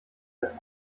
das